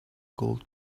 gold